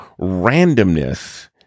randomness